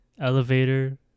elevator